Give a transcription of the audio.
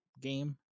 game